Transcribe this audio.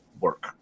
work